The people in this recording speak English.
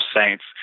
saints